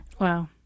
Wow